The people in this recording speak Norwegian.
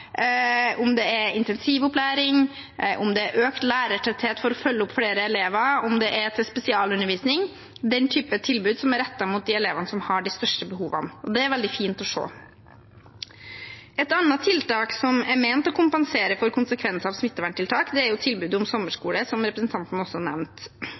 om det er intensivopplæring, om det er økt lærertetthet for å følge opp flere elever, om det er til spesialundervisning – den typen tilbud som er rettet mot de elevene som har de største behovene, og det er veldig fint å se. Et annet tiltak som er ment å kompensere for konsekvenser av smitteverntiltak, er tilbud om sommerskole, som representanten også nevnte.